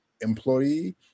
employee